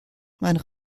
meine